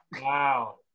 Wow